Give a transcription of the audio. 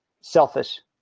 selfish